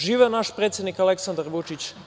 Živeo naš predsednik Aleksandar Vučić!